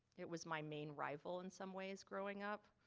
it was my main rival in some ways growing up,